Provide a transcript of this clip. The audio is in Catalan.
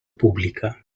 pública